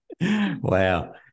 Wow